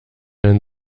ein